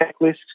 checklist